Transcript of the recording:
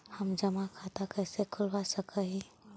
हम जमा खाता कैसे खुलवा सक ही?